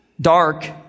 dark